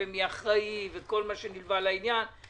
אבל זה לא מעניין עכשיו את ועדת הכספים